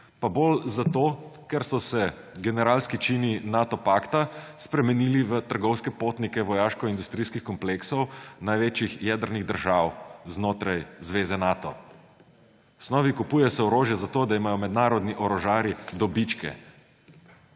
pa bolj za to, ker so se generalski čini Nato pakta spremenili v trgovske potnike vojaškoindustrijskih kompleksov največjih jedrnih držav znotraj zveze Nato. V osnovi se kupuje orožje zato, da imajo mednarodni orožarji dobičke.